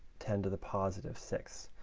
ten to the positive six.